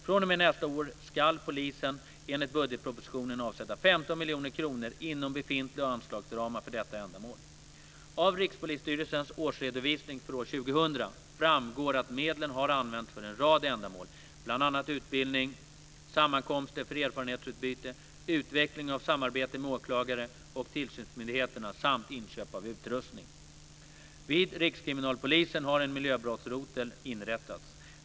fr.o.m. nästa år ska polisen enligt budgetpropositionen avsätta 15 miljoner kronor inom befintliga anslagsramar för detta ändamål. Av Rikspolisstyrelsens årsredovisning för år 2000 framgår att medlen har använts för en rad ändamål, bl.a. utbildning, sammankomster för erfarenhetsutbyte, utveckling av samarbetet med åklagare och tillsynsmyndigheterna samt inköp av utrustning. Vid Rikskriminalpolisen har en miljöbrottsrotel inrättats.